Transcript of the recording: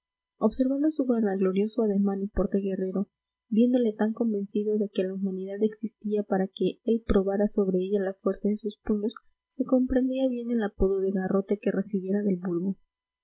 observando su vanaglorioso ademán y porte guerrero viéndole tan convencido de que la humanidad existía para que él probara sobre ella la fuerza de sus puños se comprendía bien el apodo de garrote que recibiera del vulgo